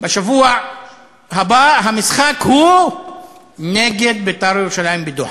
בשבוע הבא המשחק הוא נגד "בית"ר ירושלים" ב"דוחה".